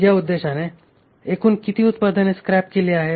या उद्देशाने एकूण किती उत्पादने स्क्रॅप केली आहेत